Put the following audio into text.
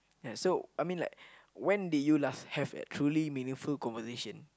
yeah so I mean like when did you last have a truly meaningful conversation